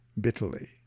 bitterly